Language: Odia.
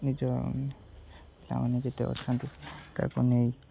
ନିଜ ପିଲାମାନେ ଯେତେ ଅଛନ୍ତି ତାକୁ ନେଇ